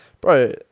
bro